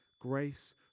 Grace